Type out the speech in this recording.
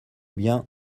bien